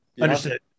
Understood